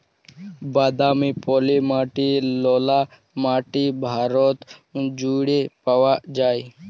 বাদামি, পলি মাটি, ললা মাটি ভারত জুইড়ে পাউয়া যায়